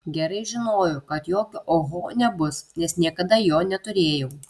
gerai žinojau kad jokio oho nebus nes niekada jo neturėjau